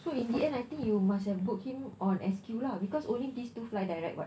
so in the end I think you must have booked him on S_Q lah because only these two fly direct [what]